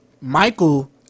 Michael